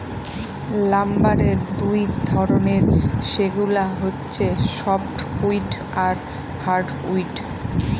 লাম্বারের দুই ধরনের, সেগুলা হচ্ছে সফ্টউড আর হার্ডউড